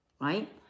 right